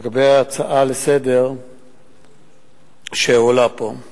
לגבי ההצעה לסדר-היום שהועלתה פה,